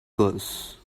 curse